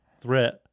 threat